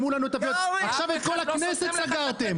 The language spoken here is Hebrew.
עכשיו את היכל הכנסת סגרתם.